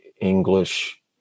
English